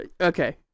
Okay